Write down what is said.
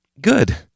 good